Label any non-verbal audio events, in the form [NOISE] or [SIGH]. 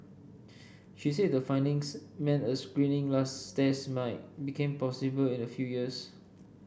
she said the findings meant a screening [UNINTELLIGIBLE] test might became possible in a few years